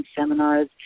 seminars